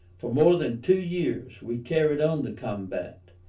for more than two years we carried on the combat,